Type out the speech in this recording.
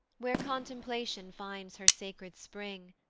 where contemplation finds her sacred spring,